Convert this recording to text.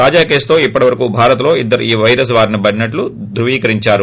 తాజా కేసుతో ఇప్పటి వరకు భారత్ లో ఇద్గరు ఈ పైరస్ బారిన పడ్డట్లు ధ్రువీకరించారు